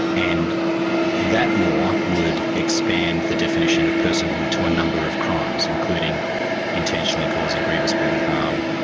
and that law would expand the definition of personhood to a number of crimes, including intentionally causing grievous bodily harm,